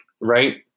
right